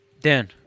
Dan